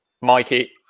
Mikey